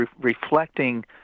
reflecting